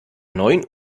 neun